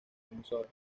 emisoras